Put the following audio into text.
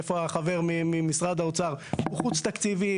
הוא חוץ-תקציבי,